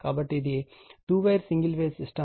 కాబట్టి ఇది 2 wire single phase system